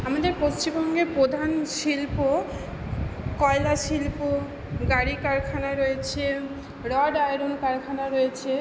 আমাদের পশ্চিমবঙ্গে প্রধান শিল্প কয়লা শিল্প গাড়ি কারখানা রয়েছে রড আয়রন কারখানা রয়েছে